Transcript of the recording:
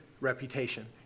reputation